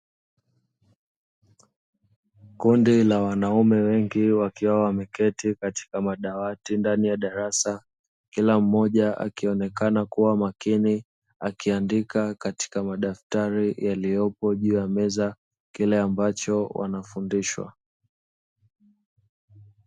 Kundi la wanaume wengi, wakiwa wameketi katika madawati ndani ya darasa, kila mmoja akionekana kuwa makini, akiandika katika madaftari yaliyopo juu ya meza, kile ambacho wanafundishwa.